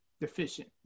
deficient